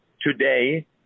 today